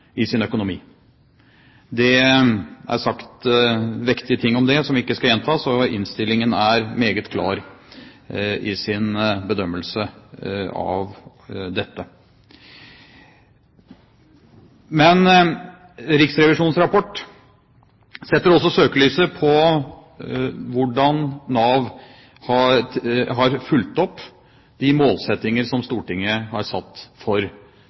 på sin økonomi. Det er sagt vektige ting om det, som jeg ikke skal gjenta, og innstillingen er meget klar i sin bedømmelse av dette. Riksrevisjonens rapport setter også søkelyset på hvordan Nav har fulgt opp de målsettinger som Stortinget har satt for